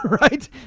right